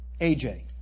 AJ